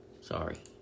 Sorry